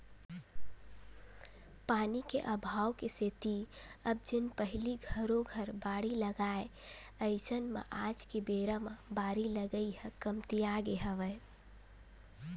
पानी के अभाव के सेती अब जेन पहिली घरो घर बाड़ी लगाय अइसन म आज के बेरा म बारी लगई ह कमतियागे हवय